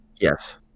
yes